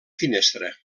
finestra